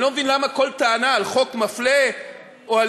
אני לא מבין למה כל טענה על חוק מפלה או על